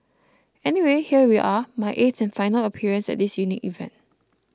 anyway here we are my eighth and final appearance at this unique event